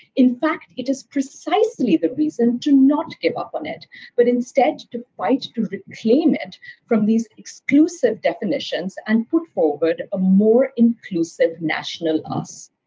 in fact, it is precisely the reason to not give up on it but instead, to fight to reclaim it from these exclusive definitions and put forward a more inclusive national us.